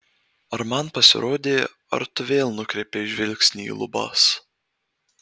ar man pasirodė ar tu vėl nukreipei žvilgsnį į lubas